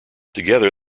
together